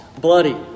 bloody